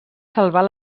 salvar